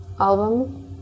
album